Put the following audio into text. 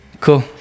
cool